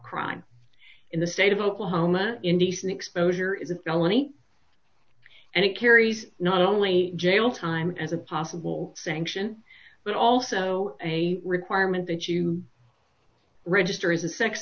crime in the state of oklahoma indecent exposure is a felony and it carries not only jail time as a possible sanction but also a requirement that you register as a sex